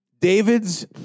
David's